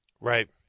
Right